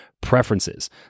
preferences